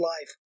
life